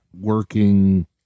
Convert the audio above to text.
working